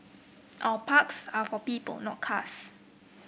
our parks are for people not cars